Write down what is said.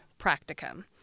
practicum